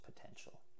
potential